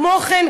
כמו כן,